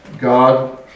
God